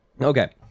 Okay